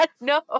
No